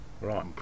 Right